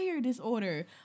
disorder